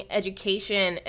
education